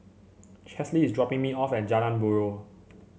Chesley is dropping me off at Jalan Buroh